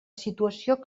situació